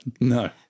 No